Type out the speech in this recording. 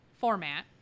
format